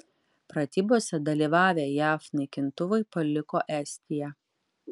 pratybose dalyvavę jav naikintuvai paliko estiją